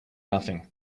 nothing